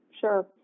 Sure